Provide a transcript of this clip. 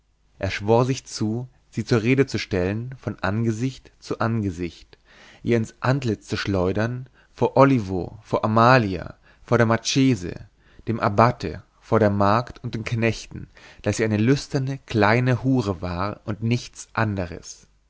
er schwor sich zu sie zur rede zu stellen von angesicht zu angesicht ihr ins antlitz zu schleudern vor olivo vor amalia vor dem marchese dem abbate vor der magd und den knechten daß sie eine lüsterne kleine hure war und nichts anderes